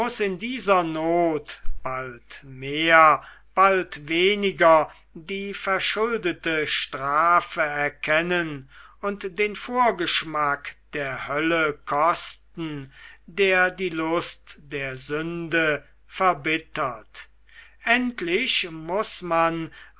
in dieser not bald mehr bald weniger die verschuldete strafe erkennen und den vorschmack der hölle kosten der die lust der sünde verbittert endlich muß man